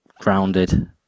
grounded